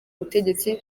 ubutegetsi